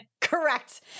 Correct